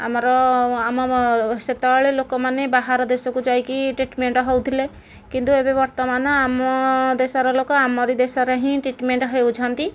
ଆମର ଆମମ ସେତେବେଳେ ଲୋକମାନେ ବାହାର ଦେଶକୁ ଯାଇକି ଟ୍ରିଟମେଣ୍ଟ ହେଉଥିଲେ କିନ୍ତୁ ଏବେ ବର୍ତ୍ତମାନ ଆମ ଦେଶର ଲୋକ ଆମରି ଦେଶରେ ହିଁ ଟ୍ରିଟମେଣ୍ଟ ହେଉଛନ୍ତି